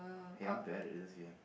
hey I'm bad at this game